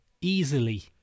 easily